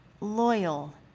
loyal